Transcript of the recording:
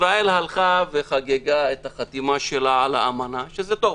ישראל חגגה את החתימה שלה על האמנה, שזה טוב.